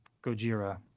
Gojira